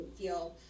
feel